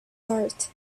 heart